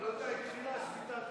יהודה, התחילה שביתת הרעב?